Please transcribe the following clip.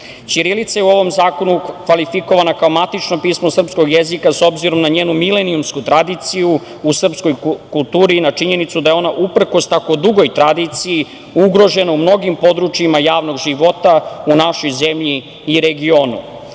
Ćirilica je u ovom zakonu kvalifikovana kao matično pismo srpskog jezika, s obzirom na njenu milenijumsku tradiciju u srpskoj kulturi i na činjenicu da je ona uprkos tako dugoj tradiciji ugrožena u mnogim područjima javnog života u našoj zemlji i regionu. Koliko